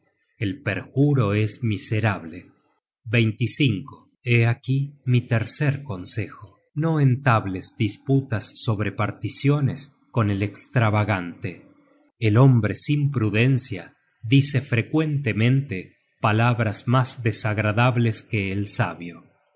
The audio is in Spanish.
el perjuro es miserable hé aquí mi tercer consejo no entables disputas sobre particiones con el estravagante el hombre sin prudencia dice frecuentemente palabras mas desagradables que el sabio